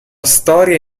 storia